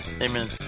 amen